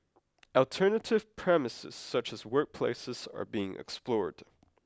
alternative premises such as workplaces are being explored